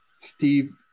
Steve